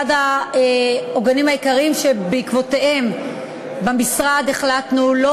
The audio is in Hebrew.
אחד העוגנים העיקריים שבעקבותיהם החלטנו במשרד